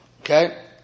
okay